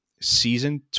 season